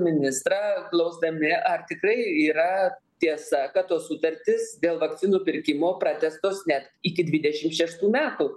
ministrą klausdami ar tikrai yra tiesa kad tos sutartys dėl vakcinų pirkimo pratęstos net iki dvidešim šeštų metų